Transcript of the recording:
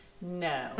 No